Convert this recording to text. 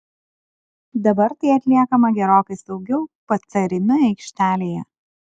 dabar tai atliekama gerokai saugiau pc rimi aikštelėje